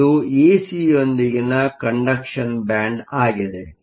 ಇದು ಇಸಿಯೊಂದಿಗೆ ಕಂಡಕ್ಷನ್ ಬ್ಯಾಂಡ್Conduction band ಆಗಿದೆ